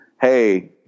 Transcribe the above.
hey